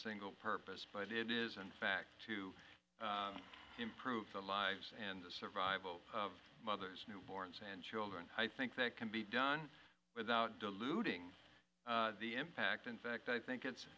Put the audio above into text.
single purpose but it is in fact to improve the lives and the survival of mothers newborns and children i think that can be done without diluting the impact in fact i think it's